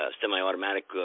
semi-automatic